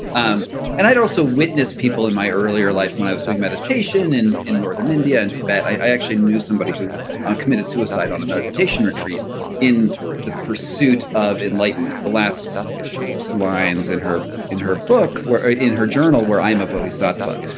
um and i also witnessed people in my earlier life when i was doing meditation in in northern india and tibet, i actually knew somebody who ah committed suicide on a meditation retreat in the pursuit of enlightenment. the last lines in her in her book or in her journal were, i am a bodhisattva,